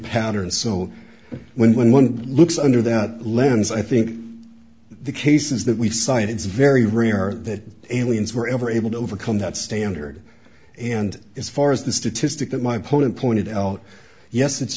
pattern so when one looks under that lens i think the cases that we've cited is very rare that aliens were ever able to overcome that standard and as far as the statistic that my opponent pointed out yes it's